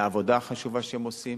על העבודה החשובה שהם עושים,